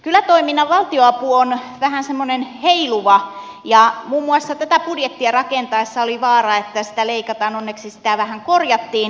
kylätoiminnan valtionapu on vähän semmoinen heiluva ja muun muassa tätä budjettia rakennettaessa oli vaara että sitä leikataan onneksi sitä vähän korjattiin